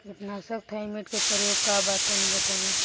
कीटनाशक थाइमेट के प्रयोग का बा तनि बताई?